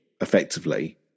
effectively